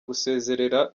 gusezerera